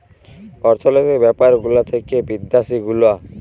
অর্থলৈতিক ব্যাপার গুলা থাক্যে বিদ্যাসি গুলা